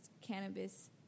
cannabis